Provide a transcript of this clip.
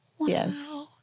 yes